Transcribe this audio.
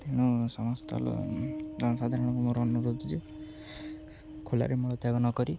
ତେଣୁ ସମସ୍ତ ଜନସାଧାରଣକୁ ମୋର ଅନୁରୋଧ ଯେ ଖୋଲାରେ ମଳତ୍ୟାଗ ନକରି